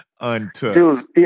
Untouched